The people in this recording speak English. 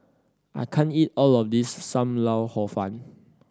I can't eat all of this Sam Lau Hor Fun